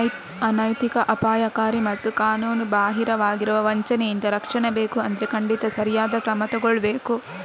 ಅನೈತಿಕ, ಅಪಾಯಕಾರಿ ಮತ್ತು ಕಾನೂನುಬಾಹಿರವಾಗಿರುವ ವಂಚನೆಯಿಂದ ರಕ್ಷಣೆ ಬೇಕು ಅಂದ್ರೆ ಖಂಡಿತ ಸರಿಯಾದ ಕ್ರಮ ತಗೊಳ್ಬೇಕು